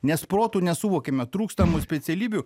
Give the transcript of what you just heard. nes protu nesuvokėme trūkstamų specialybių